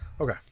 Okay